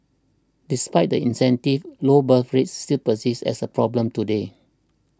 despite the incentives low birth rates still persist as a problem today